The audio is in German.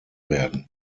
werden